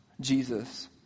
Jesus